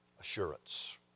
assurance